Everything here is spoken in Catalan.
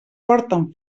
porten